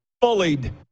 bullied